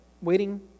waiting